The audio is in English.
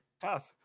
Tough